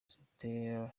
sother